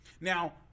Now